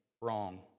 wrong